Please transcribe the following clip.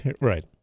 Right